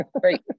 great